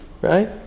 right